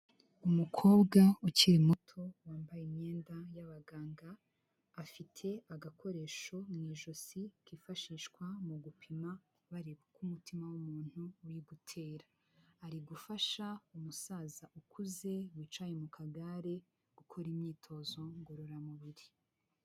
Umukobwa ukiri muto wambaye imyenda y'abaganga afite agakoresho mu ijosi kifashishwa mu gupima bareba uko umutima w'umuntu uri gutera, ari gufasha umusaza ukuze wicaye mu kagare gukora imyitozo ngororamubiri.